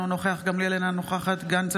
אינו נוכח גילה גמליאל,